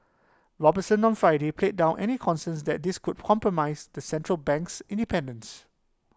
Robertson on Friday played down any concerns that this could compromise the Central Bank's Independence